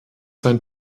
sein